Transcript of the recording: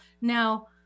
now